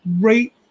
great